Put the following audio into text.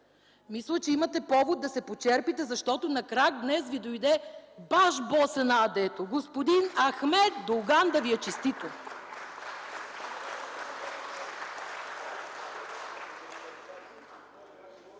Мисля, че имате повод да се почерпите, защото на крак днес ви дойде баш босът на АД-то господин Ахмед Доган. Да ви е честито!